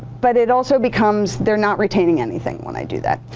but it also becomes they're not retaining anything when i do that.